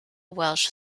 welsh